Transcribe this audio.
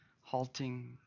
halting